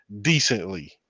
decently